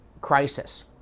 crisis